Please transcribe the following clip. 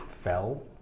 Fell